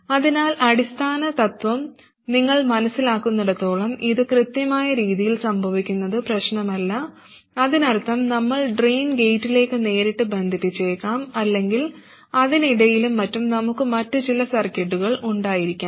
അതിനാൽ അടിസ്ഥാന തത്ത്വം നിങ്ങൾ മനസ്സിലാക്കുന്നിടത്തോളം ഇത് കൃത്യമായ രീതിയിൽ സംഭവിക്കുന്നത് പ്രശ്നമല്ല അതിനർത്ഥം നമ്മൾ ഡ്രെയിൻ ഗേറ്റിലേക്ക് നേരിട്ട് ബന്ധിപ്പിച്ചേക്കാം അല്ലെങ്കിൽ അതിനിടയിലും മറ്റും നമുക്ക് മറ്റ് ചില സർക്യൂട്ടുകൾ ഉണ്ടായിരിക്കാം